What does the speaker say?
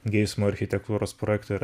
geismo architektūros projekto ir